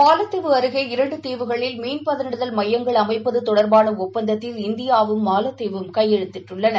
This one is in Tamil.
மாலத்தீவு அருகே இரண்டுதீவுகளில் மீன் பதனிடுதல் மையங்கள் அமைப்பதுதொடர்பானஒப்பந்தத்தில் இந்தியாவும் மாலத்தீவும் இன்றுகையெழுத்திட்டுள்ளன